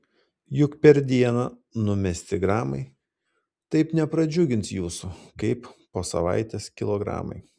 juk per dieną numesti gramai taip nepradžiugins jūsų kaip po savaitės kilogramai